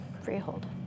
freehold